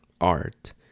art